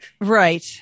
Right